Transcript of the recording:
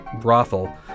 brothel